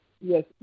yes